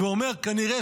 ואומר: כנראה,